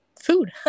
food